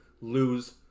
lose